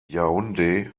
yaoundé